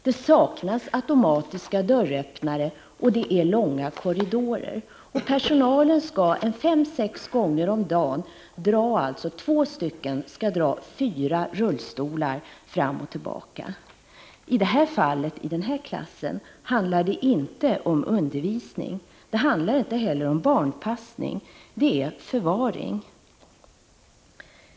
Det saknas automatiska dörröppnare, och det är långa korridorer. Personalen — två personer — skall alltså fem eller sex gånger om dagen dra fyra rullstolar fram och tillbaka. I den här klassen handlar det inte om undervisning. Det handlar inte heller om barnpassning — det är förvaring.